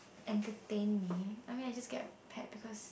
entertain me I mean I just get a pet because